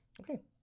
Okay